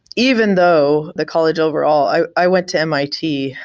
even though the college overall i i went to mit.